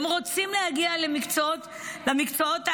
הם רוצים להגיע למקצועות האלה,